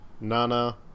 Nana